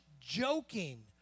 joking